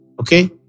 okay